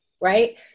right